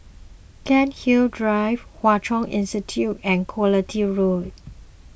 Cairnhill Drive Hwa Chong Institution and Quality Road